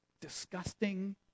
disgusting